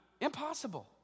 impossible